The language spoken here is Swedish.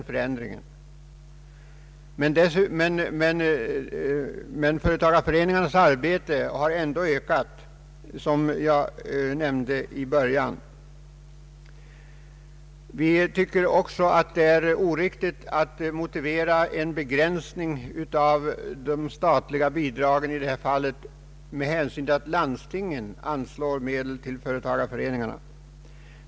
Företagareföreningarnas arbete har ändå ökat, som jag nämnde i början av mitt anförande. Vi tycker också att det är oriktigt att motivera en begränsning av de statliga bidragen i detta fall med att landstingen anslår medel till företagareföreningarna.